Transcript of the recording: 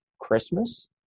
Christmas –